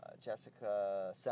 Jessica